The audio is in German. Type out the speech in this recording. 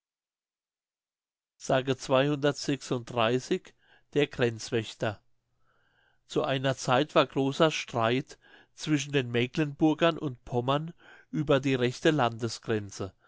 der grenzwächter zu einer zeit war großer streit zwischen den mecklenburgern und pommern über die rechte landesgrenze